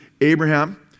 abraham